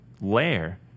layer